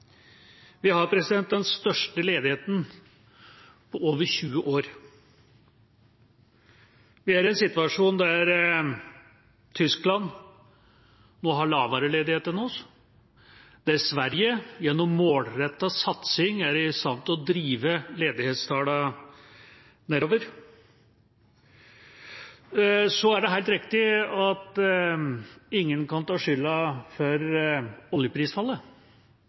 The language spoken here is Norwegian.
Vi har den største ledigheten på over 20 år. Vi er i en situasjon der Tyskland nå har lavere ledighet enn oss, og der Sverige gjennom målrettet satsing er i stand til å drive ledighetstallene nedover. Så er det helt riktig at ingen kan ta skylda for oljeprisfallet